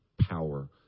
power